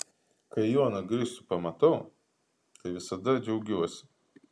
kai joną gricių pamatau tai visada džiaugiuosi